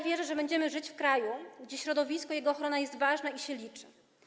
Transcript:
Wierzę, że będziemy żyć w kraju, gdzie środowisko i jego ochrona będą ważne i będą się liczyć.